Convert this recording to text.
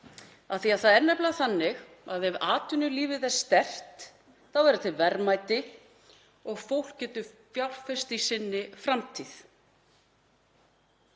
því að það er nefnilega þannig að ef atvinnulífið er sterkt þá verða til verðmæti og fólk getur fjárfest í sinni framtíð.